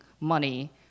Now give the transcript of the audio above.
money